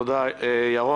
תודה, ירון.